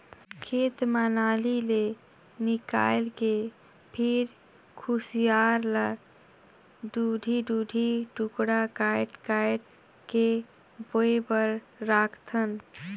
खेत म नाली ले निकायल के फिर खुसियार ल दूढ़ी दूढ़ी टुकड़ा कायट कायट के बोए बर राखथन